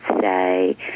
say